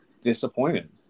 disappointed